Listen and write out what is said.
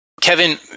Kevin